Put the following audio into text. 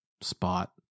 spot